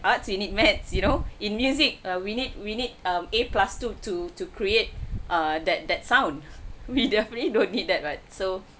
arts you need maths you know in music uh we need we need a plus two to to create err that that sound we definitely don't need that what so